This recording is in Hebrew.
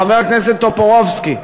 חבר הכנסת טופורובסקי,